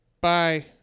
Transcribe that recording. Bye